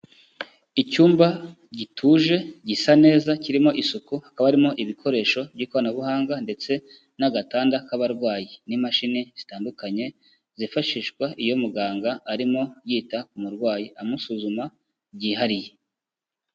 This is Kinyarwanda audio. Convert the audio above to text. Icyumba gituje gisa neza kirimo isuku, hakaba harimo ibikoresho by'ikoranabuhanga ndetse n'agatanda k'abarwayi. N'imashini zitandukanye zifashishwa iyo muganga arimo yita ku murwayi amusuzuma byihariye.